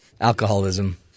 alcoholism